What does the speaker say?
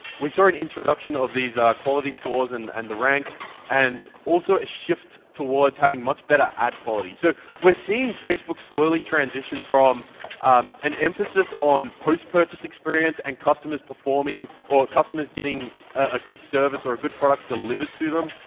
we saw an introduction of these quality scores and and the ranks and also a shift towards having much better ad quality. so we're seeing facebook slowly transition from an emphasis on post-purchase experience and customers performing or customers getting a good service or a good product delivered to them,